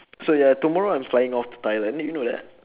so ya tomorrow I'm flying off to thailand you know that